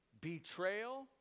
betrayal